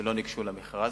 שלא ניגשו למכרז.